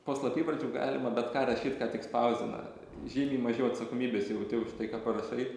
po slapyvardžiu galima bet ką rašyt ką tik spausdina žymiai mažiau atsakomybės jauti už tai ką parašai